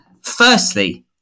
Firstly